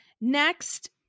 Next –